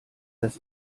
das